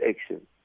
action